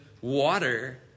water